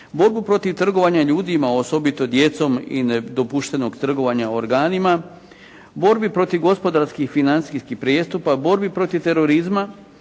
borbu protiv trgovanja ljudima, osobito djecom i nedopuštenog trgovanja organima, borbi protiv gospodarskih i financijskih prijestupa, borbi protiv terorizma,